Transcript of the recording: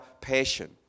passion